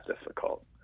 difficult